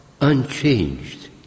unchanged